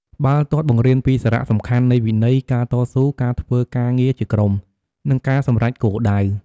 បាល់ទាត់បង្រៀនពីសារៈសំខាន់នៃវិន័យ ការតស៊ូ ការធ្វើការងារជាក្រុម និងការសម្រេចគោលដៅ។